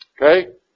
Okay